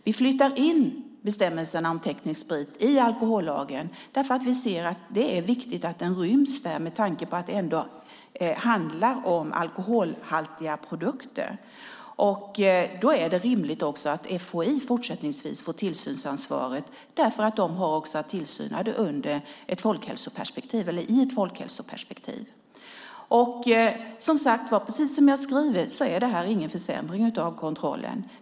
Vi flyttar in bestämmelserna om teknisk sprit i alkohollagen. Vi tycker att det är viktigt att den ryms där med tanke på att det handlar om alkoholhaltiga produkter. Det är rimligt att Folkhälsoinstitutet fortsättningsvis får tillsynsansvaret eftersom de har att tillsyna det i ett folkhälsoperspektiv. Som jag skriver i mitt svar är detta ingen försämring av kontrollen.